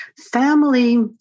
family